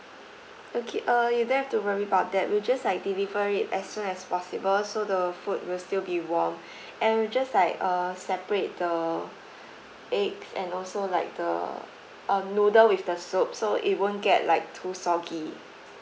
okay uh you don't have to worry about that we'll just like deliver it as soon as possible so the food will still be warm and we'll just like uh separate the egg and also like the uh noodle with the soup so it won't get like too soggy